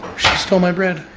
stole my bread.